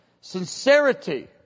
sincerity